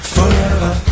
Forever